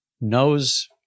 knows